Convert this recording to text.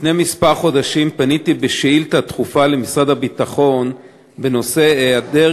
לפני כמה חודשים פניתי בשאילתה דחופה למשרד הביטחון בנושא היעדר